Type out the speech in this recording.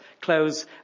close